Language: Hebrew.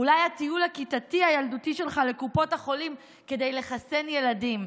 אולי הטיול הכיתתי הילדותי שלך לקופות החולים כדי לחסן ילדים?